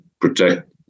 protect